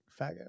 faggot